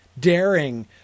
daring